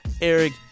Eric